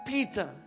Peter